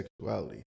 sexuality